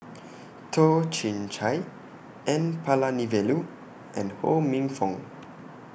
Toh Chin Chye N Palanivelu and Ho Minfong